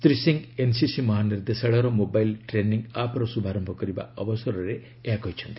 Shri Singh' NCC ମହାନିର୍ଦ୍ଦେଶାଳୟର mobile training ଆପ୍ର ଶୁଭାରୟ କରିବା ଅବସରରେ ଏହା କହିଛନ୍ତି